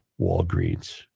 Walgreens